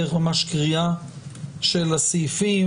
דרך ממש קריאה של הסעיפים,